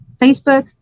Facebook